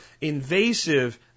invasive